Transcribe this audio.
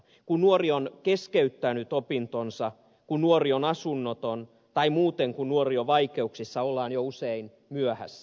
kun nuori on keskeyttänyt opintonsa kun nuori on asunnoton tai muuten kun nuori on vaikeuksissa ollaan jo usein myöhässä